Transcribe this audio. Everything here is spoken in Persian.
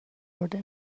برده